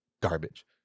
garbage